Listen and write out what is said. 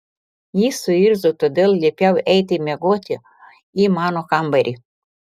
jis suirzo todėl liepiau eiti miegoti į mano kambarį